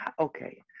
Okay